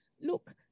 Look